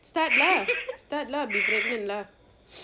start lah start lah be pregnant lah